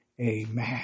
amen